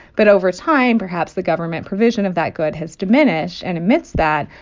but over time, perhaps the government provision of that good has diminished and admits that,